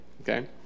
Okay